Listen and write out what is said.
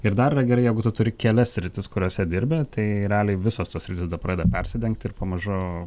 ir dar yra gerai jeigu tu turi kelias sritis kuriose dirba tai realiai visos tos sritys tada pradeda persidengti ir pamažu